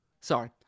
Sorry